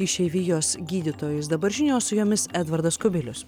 išeivijos gydytojais dabar žinios su jumis edvardas kubilius